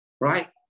right